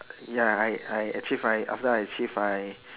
ya I I achieve my after I achieve my